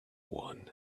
one